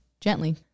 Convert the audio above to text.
gently